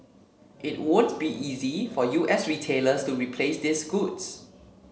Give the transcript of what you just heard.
it won't be easy for U S retailers to replace these goods